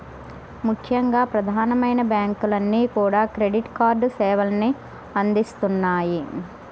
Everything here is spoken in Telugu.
ముఖ్యంగా ప్రధానమైన బ్యాంకులన్నీ కూడా క్రెడిట్ కార్డు సేవల్ని అందిత్తన్నాయి